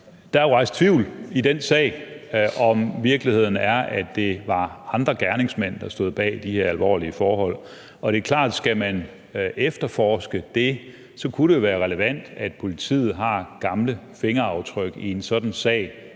Der er rejst tvivl i den sag, om virkeligheden er, at det var ham, der var gerningsmand bag de her alvorlige forhold, og det er klart, at skal man efterforske det, kunne det være relevant, at politiet har gamle fingeraftryk i en sådan sag